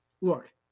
look